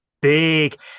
big